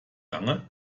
lange